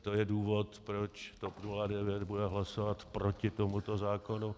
To je důvod, proč TOP 09 bude hlasovat proti tomuto zákonu.